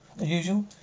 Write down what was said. Usual